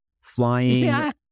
flying